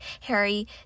Harry